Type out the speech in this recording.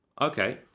Okay